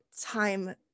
time